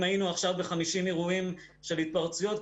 היינו עכשיו ב-50 אירועים של התפרצויות,